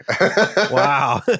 Wow